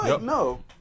No